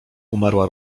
umarła